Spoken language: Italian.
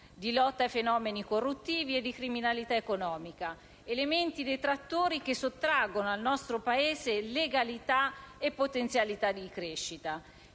di lotta ai fenomeni corruttivi e di criminalità economica, elementi detrattori che sottraggono legalità e potenzialità di crescita